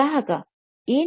ಗ್ರಾಹಕ ಏನು